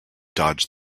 dodged